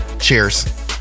Cheers